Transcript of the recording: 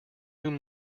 whom